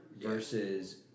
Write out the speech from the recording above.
Versus